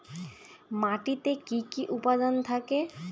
মাটিতে কি কি উপাদান থাকে?